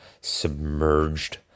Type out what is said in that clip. submerged